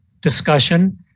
discussion